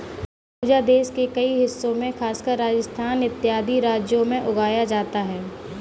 खरबूजा देश के कई हिस्सों में खासकर राजस्थान इत्यादि राज्यों में उगाया जाता है